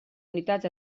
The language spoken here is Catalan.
unitats